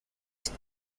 است